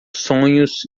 sonhos